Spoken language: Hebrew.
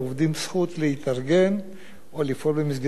לפעול במסגרת ועד עובדים או ארגון עובדים.